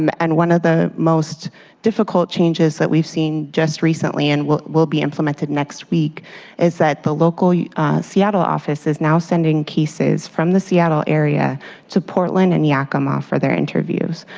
um and one of the most difficult changes that we've seen just recently and will will be implemented next week is that the yeah seattle office is now sending cases from the seattle area to portland and yakima for their interviews.